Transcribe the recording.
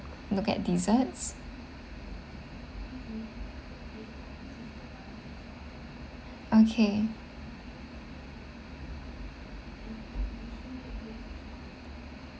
look at desserts okay